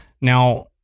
Now